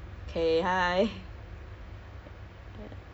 eh hi hi izzati long time no see